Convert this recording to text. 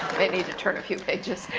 need to turn a few pages.